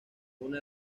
una